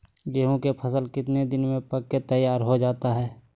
गेंहू के फसल कितने दिन में पक कर तैयार हो जाता है